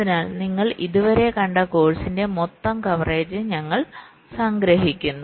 അതിനാൽ നിങ്ങൾ ഇതുവരെ കണ്ട കോഴ്സിന്റെ മൊത്തം കവറേജ് ഞങ്ങൾ സംഗ്രഹിക്കുന്നു